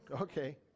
Okay